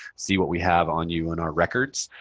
see what we have on you in our records,